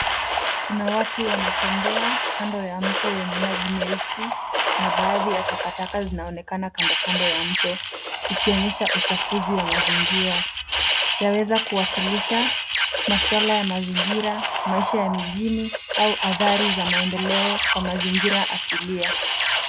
Kuna watu wanatembea kando ya mto wenye maji meusi na baadhi ya takataka zinaonekana kandokando ya mto, ikionyesha uchafuzi wa mazingira. Yaweza kuwakilisha masuala ya mazingira, maisha ya mijini, au athari za maendeleo kwa mazingira asilia.